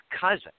cousin